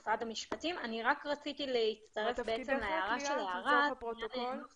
רציתי להתייחס לדברים של יערה ולומר